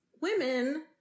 women